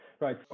Right